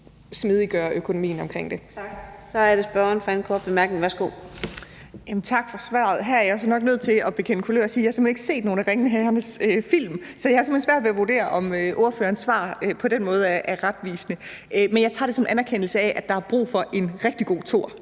sin anden korte bemærkning. Værsgo. Kl. 09:45 Mette Abildgaard (KF): Tak for svaret. Jeg er nok nødt til at bekende kulør og sige, at jeg simpelt hen ikke har set nogle af Ringenes Herre-filmene. Så jeg har simpelt hen svært ved at vurdere, om ordførerens svar på den måde er retvisende. Men jeg tager det som en anerkendelse af, at der i hvert fald er brug for en rigtig god toer.